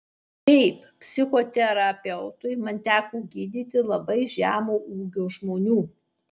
kaip psichoterapeutui man teko gydyti labai žemo ūgio žmonių